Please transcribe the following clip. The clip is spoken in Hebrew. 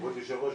כבוד היושב-ראש.